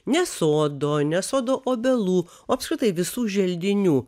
ne sodo ne sodo obelų o apskritai visų želdinių